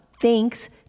thanks